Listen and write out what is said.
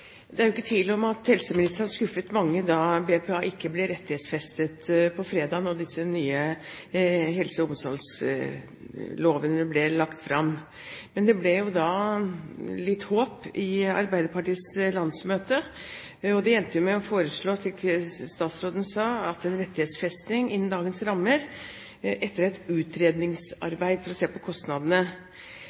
BPA ikke blir rettighetsfestet der. Men det ble litt håpefullt da Arbeiderpartiets landsmøte endte med å foreslå, slik statsråden sa, en rettighetsfesting innen dagens rammer etter et utredningsarbeid for å se på kostnadene.